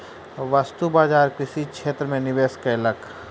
वस्तु बजार कृषि क्षेत्र में निवेश कयलक